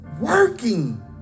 working